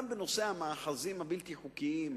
גם בנושא המאחזים הבלתי-חוקיים,